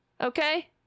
Okay